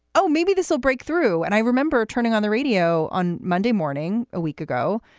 oh, maybe this will break through. and i remember turning on the radio on monday morning a week ago,